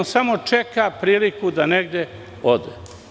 Taj samo čeka priliku da negde ode.